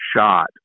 shot